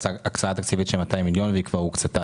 זאת הקצאה תקציבית של 200 מיליון והיא כבר הוקצתה.